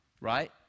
right